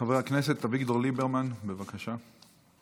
חבר הכנסת אביגדור ליברמן, בבקשה.